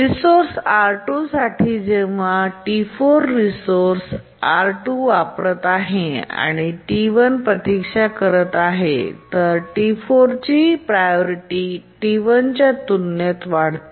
resource R 2 साठी जेव्हा T4 resource R2 वापरत आहे आणि T1 प्रतीक्षा करीत आहे तर T4 ची प्रायोरिटी T1 च्या तुलनेत वाढते